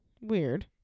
Weird